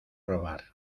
robar